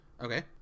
Okay